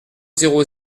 zéro